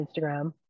Instagram